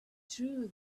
true